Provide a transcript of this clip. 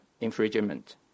infringement